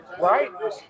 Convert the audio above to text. Right